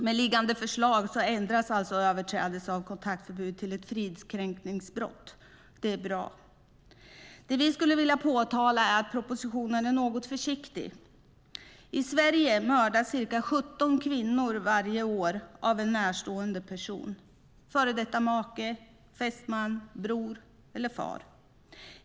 Med liggande förslag ändras alltså överträdelse av kontaktförbud till ett fridskränkningsbrott. Det är bra. Det vi skulle vilja påtala är att propositionen är något försiktig. I Sverige mördas ca 17 kvinnor varje år av en närstående person, före detta make, fästman, bror eller far.